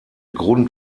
grund